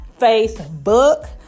Facebook